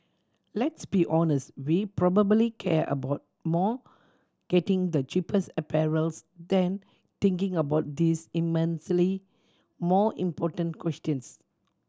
let's be honest we probably care about more getting the cheapest apparels than thinking about these immensely more important questions